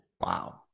Wow